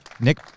Nick